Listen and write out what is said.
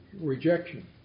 rejection